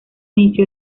inició